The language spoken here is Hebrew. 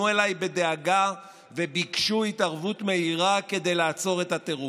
אליי בדאגה וביקשו התערבות מהירה כדי לעצור את הטירוף.